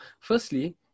firstly